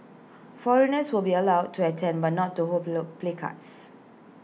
foreigners will be allowed to attend but not to hold placards